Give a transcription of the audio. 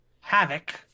Havoc